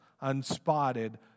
unspotted